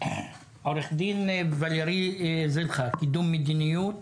עו"ד ולרי זילכה, קידום מדיניות,